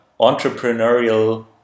entrepreneurial